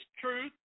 truth